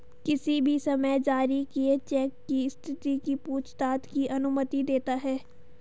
किसी भी समय जारी किए चेक की स्थिति की पूछताछ की अनुमति देता है